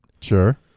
Sure